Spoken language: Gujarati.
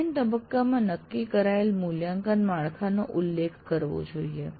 ડિઝાઇન તબક્કામાં નક્કી કરાયેલ મૂલ્યાંકન માળખાનો ઉલ્લેખ કરવો જોઈએ